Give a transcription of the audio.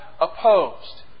opposed